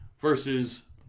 Versus